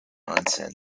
nonsense